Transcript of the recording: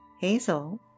Hazel